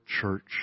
church